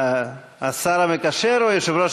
יושב-ראש